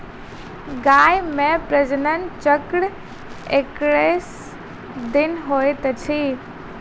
गाय मे प्रजनन चक्र एक्कैस दिनक होइत अछि